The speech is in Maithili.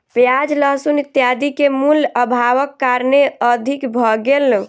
प्याज लहसुन इत्यादि के मूल्य, अभावक कारणेँ अधिक भ गेल